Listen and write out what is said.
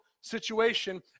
situation